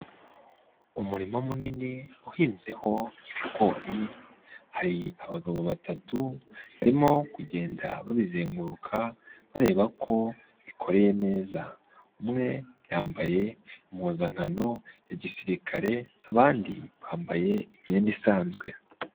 Umurima munini uhinzeho ibigori, hari abagabo batatu barimo kugenda babizenguruka bareba ko bikoreye neza, umwe yambaye impuzankano ya gisirikare abandi bambaye imyenda isanzwe.